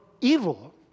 evil